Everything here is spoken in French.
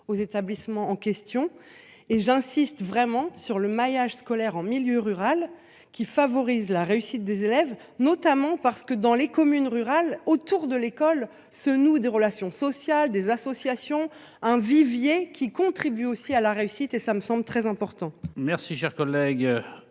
aux établissements en question et j'insiste vraiment sur le maillage scolaire en milieu rural qui favorise la réussite des élèves, notamment parce que dans les communes rurales autour de l'école se nouent des relations sociales des associations un vivier qui contribue aussi à la réussite et ça me semble très important.